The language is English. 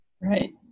right